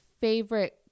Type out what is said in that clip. favorite